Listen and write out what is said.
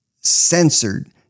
censored